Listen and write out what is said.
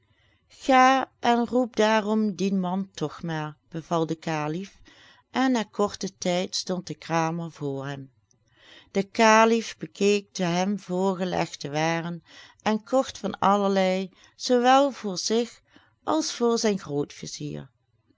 ga en roep daarom dien man toch maar beval de kalif en na korten tijd stond de kramer voor hem de kalif bekeek de hem voorgelegde waren en kocht van allerlei zoowel voor zich als voor zijn